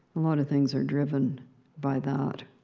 a lot of things are driven by that,